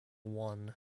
one